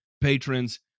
patrons